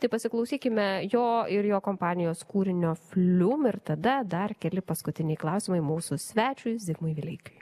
tai pasiklausykime jo ir jo kompanijos kūrinio lium ir tada dar keli paskutiniai klausimai mūsų svečiui zigmui vileikiui